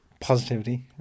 positivity